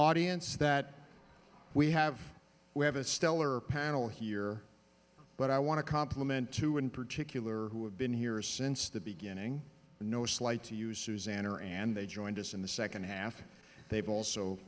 audience that we have we have a stellar panel here but i want to compliment two in particular who have been here since the beginning no slight to you suzanne are and they joined us in the second half and they've also